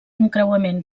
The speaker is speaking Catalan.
encreuament